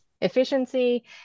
efficiency